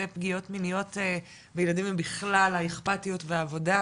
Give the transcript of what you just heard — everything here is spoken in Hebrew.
פגיעות מיניות בילדים ובכלל האכפתיות והעבודה,